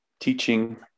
teaching